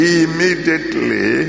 immediately